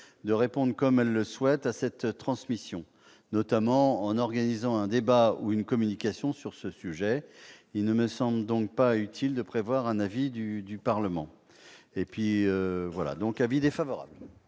de répondre comme elle le souhaite à cette transmission, notamment en organisant un débat ou une communication sur le sujet. Il ne me semble donc pas utile de prévoir un avis du Parlement. En conséquence, la commission